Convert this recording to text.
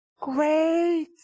Great